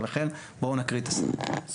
ולכן בואו נקריא את הסעיף.